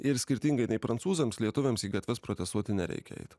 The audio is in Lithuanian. ir skirtingai nei prancūzams lietuviams į gatves protestuoti nereikia eiti